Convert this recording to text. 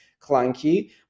clunky